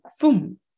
boom